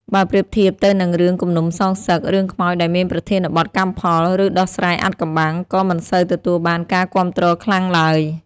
បើប្រៀបធៀបទៅនឹងរឿងគំនុំសងសឹក រឿងខ្មោចដែលមានប្រធានបទ កម្មផល ឬដោះស្រាយអាថ៌កំបាំង គឺមិនសូវទទួលបានការគាំទ្រខ្លាំងឡើយ។